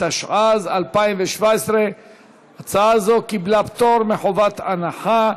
התשע"ז 2017. הצעה זאת קיבלה פטור מחובת הנחה.